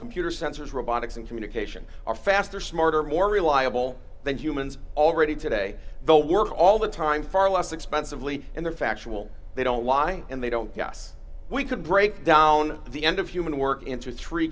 computer sensors robotics and communication are faster smarter more reliable than humans already today they'll work all the time far less expensively and they're factual they don't lie and they don't yes we can break down the end of human work into three